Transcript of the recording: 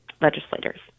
legislators